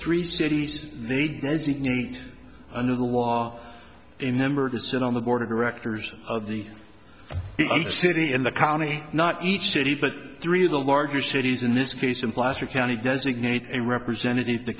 three cities they designate under the law a member to sit on the board of directors of the city and the county not each city but three of the larger cities in this case in placer county designate a representative the